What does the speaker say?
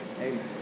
Amen